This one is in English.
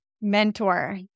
Mentor